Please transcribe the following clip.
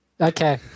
Okay